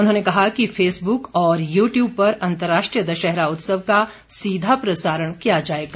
उन्होंने कहा कि फेसब्रक व यूट्यूब पर अंतर्राष्ट्रीय दशहरा उत्सव का सीधा प्रसारण किया जाएगा